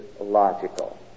logical